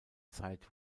zeit